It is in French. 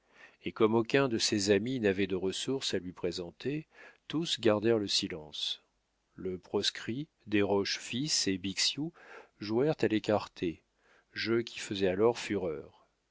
et comme aucun de ses amis n'avait de ressources à lui présenter tous gardèrent le silence le proscrit desroches fils et bixiou jouèrent à l'écarté jeu qui faisait alors fureur